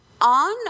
on